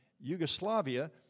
Yugoslavia